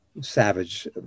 savage